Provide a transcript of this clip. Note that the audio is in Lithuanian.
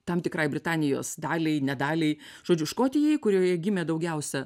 tam tikrai britanijos daliai nedaliai žodžiu škotijai kurioje gimė daugiausia